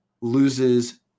loses